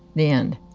the end.